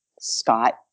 Scott